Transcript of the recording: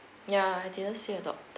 ya I didn't see a doctor